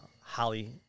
Holly